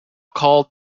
called